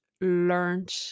learned